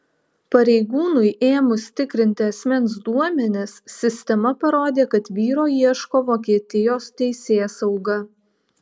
pareigūnui ėmus tikrinti asmens duomenis sistema parodė kad vyro ieško vokietijos teisėsauga